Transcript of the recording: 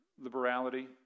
liberality